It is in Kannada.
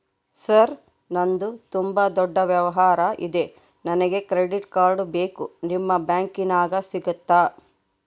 ಸರ್ ನಂದು ತುಂಬಾ ದೊಡ್ಡ ವ್ಯವಹಾರ ಇದೆ ನನಗೆ ಕ್ರೆಡಿಟ್ ಕಾರ್ಡ್ ಬೇಕು ನಿಮ್ಮ ಬ್ಯಾಂಕಿನ್ಯಾಗ ಸಿಗುತ್ತಾ?